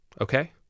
Okay